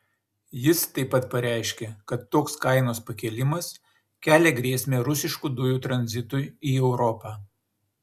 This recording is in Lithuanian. jis taip pat pareiškė kad toks kainos pakėlimas kelia grėsmę rusiškų dujų tranzitui į europą